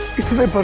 because i but